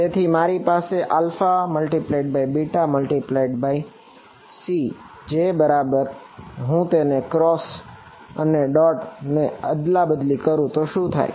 તેથી મારી પાસે a×b×c છે બરાબર જો હું તે ક્રોસ ને અદલાબદલી કરું તો શું થાય